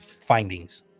findings